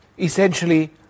essentially